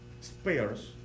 spares